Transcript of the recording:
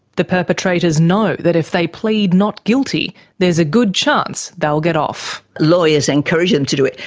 the perpetrators know that if they plead not guilty there's a good chance they'll get off. lawyers encourage them to do it.